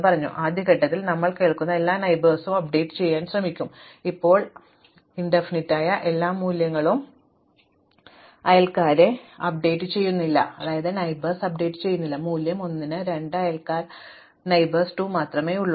ഇപ്പോൾ ആദ്യ ഘട്ടത്തിൽ നമ്മൾ കേൾക്കുന്ന എല്ലാ അയൽക്കാരെയും അപ്ഡേറ്റ് ചെയ്യാൻ ശ്രമിക്കും ഇപ്പോൾ അനന്തമായ എല്ലാ മൂല്യങ്ങളും അയൽക്കാരെ അപ്ഡേറ്റ് ചെയ്യുന്നില്ല എന്നാൽ മൂല്യം 1 ന് 2 അയൽക്കാർ 2 മാത്രമേ ഉണ്ടാകൂ